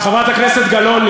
חברת הכנסת גלאון,